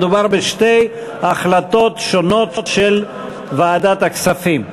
מדובר בשתי החלטות שונות של ועדת הכספים.